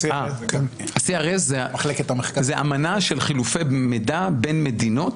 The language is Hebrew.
CRS זה אמנה של חילופי מידע בין מדינות,